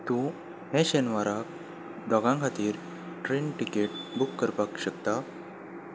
तूं हे शेनवाराक दोगां खातीर ट्रेन तिकेट बूक करपाक शकता